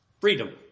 Freedom